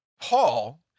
Paul